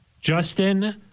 Justin